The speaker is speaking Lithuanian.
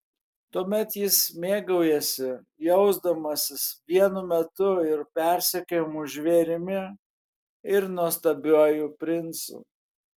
tuomet jis mėgaujasi jausdamasis vienu metu ir persekiojamu žvėrimi ir nuostabiuoju princu